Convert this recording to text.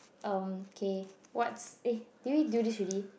erm K what's eh did we do this already